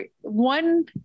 one